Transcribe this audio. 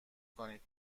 کنید